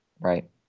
Right